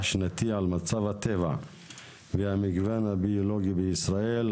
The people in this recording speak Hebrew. שנתי על מצב הטבע והמגוון הביולוגי בישראל,